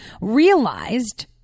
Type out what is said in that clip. realized